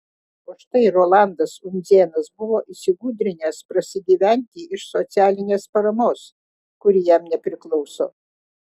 o štai rolandas undzėnas buvo įsigudrinęs prasigyventi iš socialinės paramos kuri jam nepriklauso